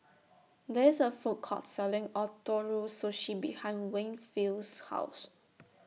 There IS A Food Court Selling Ootoro Sushi behind Winfield's House